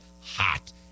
hot